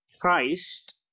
Christ